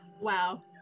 Wow